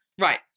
Right